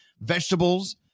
vegetables